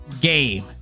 game